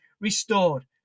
restored